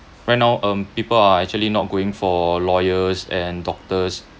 right now um people are actually not going for lawyers and doctors